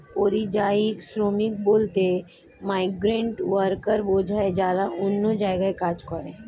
পরিযায়ী শ্রমিক বলতে মাইগ্রেন্ট ওয়ার্কার বোঝায় যারা অন্য জায়গায় কাজ করে